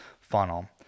funnel